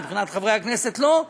מבחינת חברי הכנסת לא,